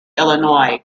illinois